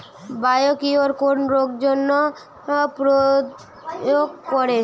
Biocure কোন রোগেরজন্য প্রয়োগ করে?